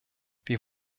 wir